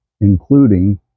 including